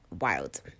wild